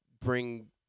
bring